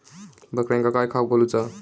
बकऱ्यांका काय खावक घालूचा?